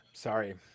Sorry